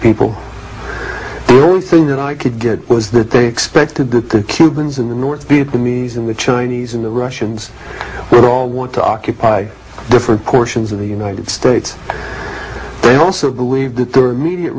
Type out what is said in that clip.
people the one thing that i could get was that they expected that the cubans in the north vietnamese and the chinese and the russians would all want to occupy different portions of the united states they also believed that their immediate